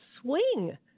swing